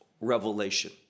revelation